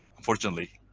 unfortunately